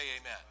amen